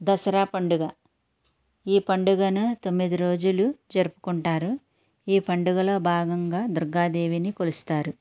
దసరా పండుగ ఈ పండుగను తొమ్మిదిరోజులు జరుపుకుంటారు ఈ పండుగలో భాగంగా దుర్గాదేవిని కొలుస్తారు